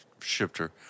shifter